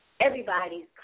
everybody's